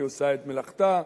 היא עושה את מלאכתה,